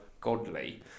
godly